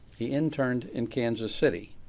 he interned in kansas city.